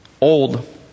Old